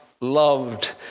loved